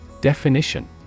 Definition